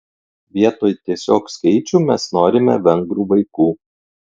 vietoj tiesiog skaičių mes norime vengrų vaikų